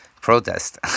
protest